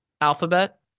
alphabet